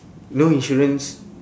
you know insurance